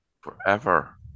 Forever